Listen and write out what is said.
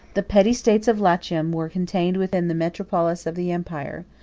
the petty states of latium were contained within the metropolis of the empire,